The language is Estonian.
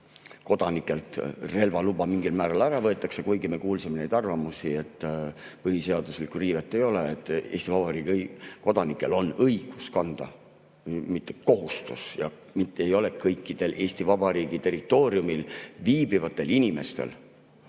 kodanikelt relvaluba mingil määral ära võetakse, kuigi me kuulsime arvamusi, et põhiseadusega riivet ei ole, et Eesti Vabariigi kodanikel on õigus [relva] kanda, mitte kohustus, ja [relva] ei ole sugugi kõikidel Eesti Vabariigi territooriumil viibivatel inimestel.